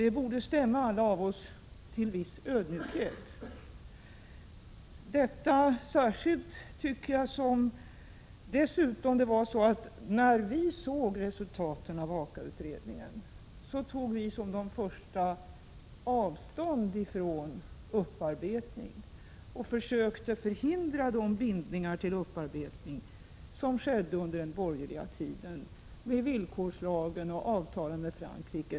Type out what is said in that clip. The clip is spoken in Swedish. Det borde stämma oss alla till viss ödmjukhet, särskilt som det dessutom var så, att vi efter att ha tagit del av Aka-utredningens resultat var de första att ta avstånd från upparbetning och att försöka undanröja de bindningar till upparbetning som hade gjorts under den borgerliga tiden genom villkorslagen och avtalen med Frankrike.